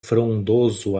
frondoso